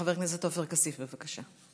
חבר הכנסת עופר כסיף, בבקשה.